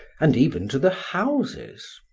and even to the houses,